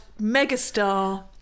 megastar